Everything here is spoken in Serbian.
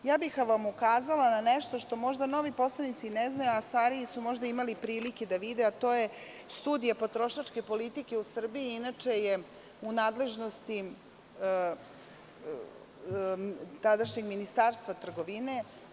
Ukazala bih vam na nešto što možda novi poslanici ne znaju, a stariji su možda imali prilike da vide, a to je studija potrošačke politike u Srbiji, koja je inače je u nadležnosti tadašnjeg Ministarstva trgovine.